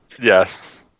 Yes